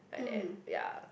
like that ya